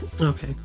Okay